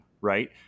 right